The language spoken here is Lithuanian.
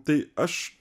tai aš